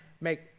make